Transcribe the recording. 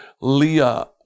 leah